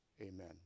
Amen